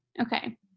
Okay